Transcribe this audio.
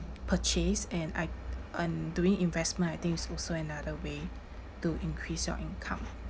purchase and I um doing investment I think is also another way to increase your income